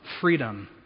freedom